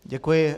Děkuji.